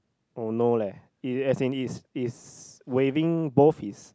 oh no leh it's as in it's it's waving both his